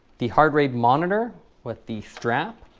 the heartrate monitor with the strap